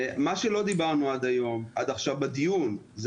מה שלא דיברנו עליו עד עכשיו בדיון זה